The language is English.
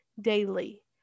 daily